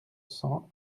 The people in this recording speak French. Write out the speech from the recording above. cents